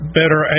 better